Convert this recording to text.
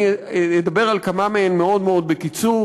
אני אדבר על כמה מהן מאוד מאוד בקיצור.